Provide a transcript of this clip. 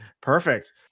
Perfect